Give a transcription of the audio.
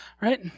right